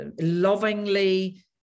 lovingly